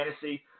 fantasy